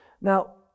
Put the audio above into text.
Now